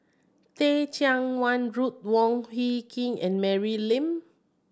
Teh Cheang Wan Ruth Wong Hie King and Mary Lim